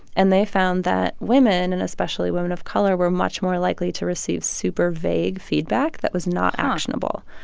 and they found that women, and especially women of color, were much more likely to receive super vague feedback that was not actionable.